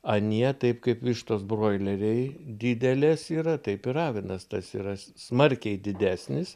anie taip kaip vištos broileriai didelės yra taip ir avinas tas yra s smarkiai didesnis